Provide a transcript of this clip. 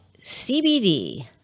CBD